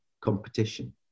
competition